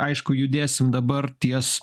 aišku judėsim dabar ties